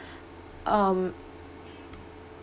um